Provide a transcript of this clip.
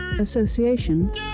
Association